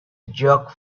jerk